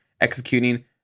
executing